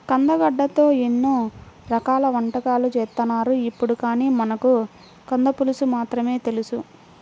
కందగడ్డతో ఎన్నో రకాల వంటకాలు చేత్తన్నారు ఇప్పుడు, కానీ మనకు కంద పులుసు మాత్రమే తెలుసు